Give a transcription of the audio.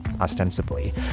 ostensibly